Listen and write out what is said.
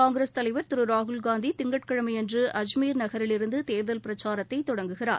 காங்கிரஸ் தலைவர் திரு ராகுல்காந்தி திங்கட் கிழமை அன்று ஆஜ்மீர் நகரிலிருந்து தேர்தல் பிரச்சாரத்தை தொடங்குகிறார்